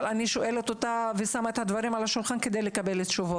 אבל אני שמה את הדברים על השולחן כדי לקבל תשובות.